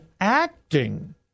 acting